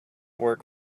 work